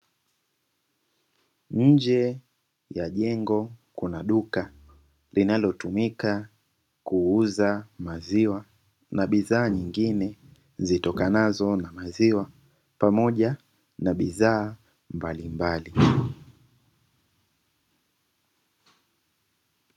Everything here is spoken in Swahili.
Nje ya jengo kuna duka linalotumika kuuza maziwa na bidhaa nyingine zitokanazo na maziwa pamoja na bidhaa mbalimbali.